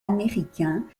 américain